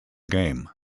game